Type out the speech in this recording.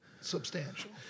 substantial